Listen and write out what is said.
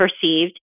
perceived